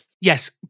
Yes